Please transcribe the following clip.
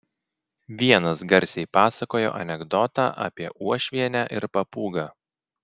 vienas garsiai pasakojo anekdotą apie uošvienę ir papūgą